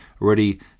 already